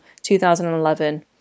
2011